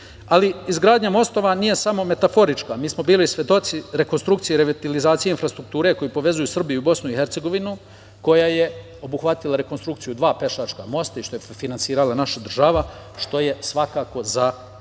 Ali, izgradnja mostova nije samo metaforička. Mi smo bili svedoci rekonstrukcije i revitalizacije infrastrukture koji povezuju Srbiju i BiH, koja je obuhvatila rekonstrukciju dva pešačka mosta, što je finansirala naša država, što je svakako za pohvalu. Od